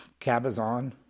Cabazon